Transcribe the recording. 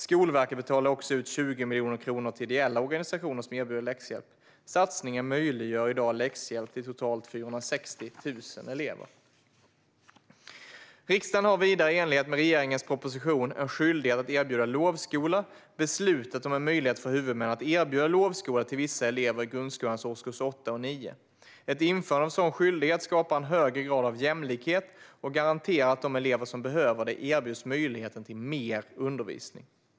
Skolverket betalade också ut 20 miljoner kronor till ideella organisationer som erbjuder läxhjälp. Satsningen möjliggör i dag läxhjälp till totalt 460 000 elever. Riksdagen har vidare i enlighet med regeringens proposition En skyldighet att erbjuda lovskola beslutat om en skyldighet för huvudmän att erbjuda lovskola till vissa elever i grundskolans årskurs 8 och 9. Ett införande av en sådan skyldighet skapar en högre grad av jämlikhet och garanterar att de elever som behöver det erbjuds möjligheten till mer undervisning.